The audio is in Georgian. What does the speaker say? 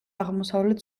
აღმოსავლეთ